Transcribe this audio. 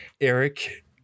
Eric